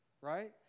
right